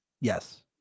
Yes